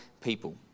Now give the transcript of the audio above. people